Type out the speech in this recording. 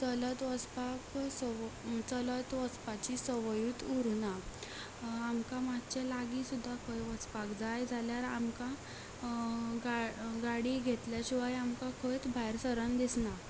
चलत वसपाक चलत वसपाची संवयूत उरुना आमकां मातशें लागीं खंयी वचपाक जाय जाल्यार आमकां गाडी घेतल्या शिवाय आमकां खंय भायर सरन दिसना